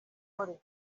umugore